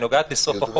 היא נוגעת לסוף החוק.